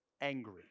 angry